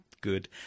good